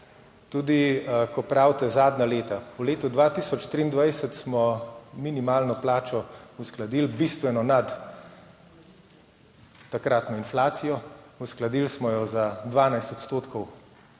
Tudi ko pravite zadnja leta, v letu 2023 smo minimalno plačo uskladili bistveno nad takratno inflacijo, uskladili smo jo za 12 % v